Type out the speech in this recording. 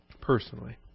personally